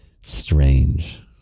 strange